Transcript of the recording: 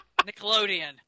Nickelodeon